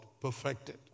perfected